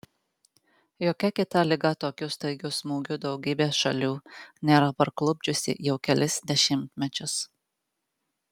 jokia kita liga tokiu staigiu smūgiu daugybės šalių nėra parklupdžiusi jau kelis dešimtmečius